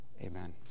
Amen